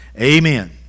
amen